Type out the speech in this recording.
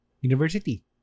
University